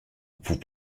vous